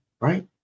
right